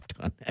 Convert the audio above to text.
done